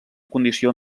condició